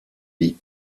wie